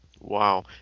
Wow